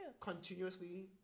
continuously